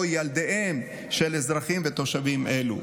או ילדיהם של אזרחים ותושבים אלו.